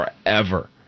forever